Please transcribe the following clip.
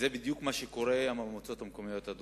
זה בדיוק מה שקורה עם המועצות המקומיות הדרוזיות.